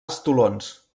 estolons